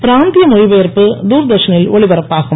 பிராந்தி மொழி பெயர்ப்பு தூர்தர்ஷனில் ஒளிபரப்பாகும்